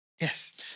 Yes